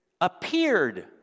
Appeared